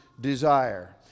desire